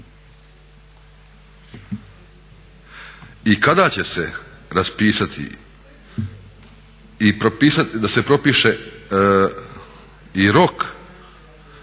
I kada će se raspisati, da se propiše i rok